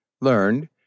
learned